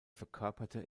verkörperte